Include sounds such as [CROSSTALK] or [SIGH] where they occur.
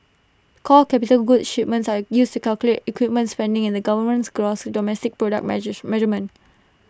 core capital goods shipments are used to calculate equipments spending in the government's gross domestic product [UNINTELLIGIBLE] measurement